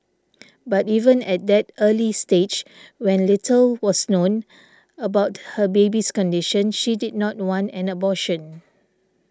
but even at that early stage when little was known about her baby's condition she did not wanna an abortion